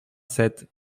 sept